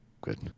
good